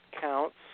counts